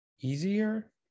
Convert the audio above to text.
easier